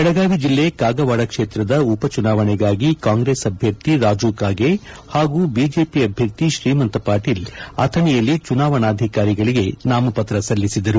ಬೆಳಗಾವಿ ಜಿಲ್ಲೆ ಕಾಗವಾಡ ಕ್ಷೇತ್ರದ ಉಪ ಚುನಾವಣೆಗಾಗಿ ಕಾಂಗ್ರೆಸ್ ಅಭ್ಯರ್ಥಿ ರಾಜು ಕಾಗೆ ಹಾಗೂ ವಿಜೆಪಿ ಅಭ್ಯರ್ಥಿ ತ್ರೀಮಂತ ಪಾಟೀಲ್ ಅಥಣಿಯಲ್ಲಿ ಚುನಾವಣಾಧಿಕಾರಿಗಳಿಗೆ ನಾಮಪತ್ರ ಸಲ್ಲಿಸಿದರು